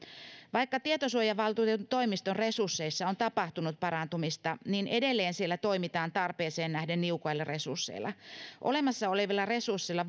vaikka tietosuojavaltuutetun toimiston resursseissa on tapahtunut parantumista niin edelleen siellä toimitaan tarpeeseen nähden niukoilla resursseilla olemassa olevilla resursseilla